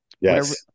yes